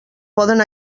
poden